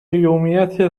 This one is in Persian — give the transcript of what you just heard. قیمومت